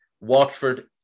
Watford